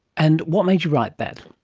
and what made you write that?